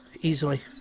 easily